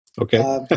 okay